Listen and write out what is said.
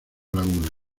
laguna